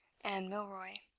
anne milroy.